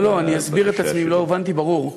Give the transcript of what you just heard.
לא לא, אני אסביר את עצמי, אם לא הובנתי ברור.